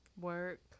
work